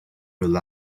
rely